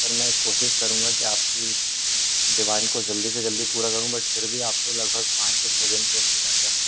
sir मैं कोशिश करूँगा कि आपकी डिवामान को जल्दी से जल्दी पूरा करूँगा बट फिर भी आपको लगभग पाँच से छ दिन का इंतिज़ार करना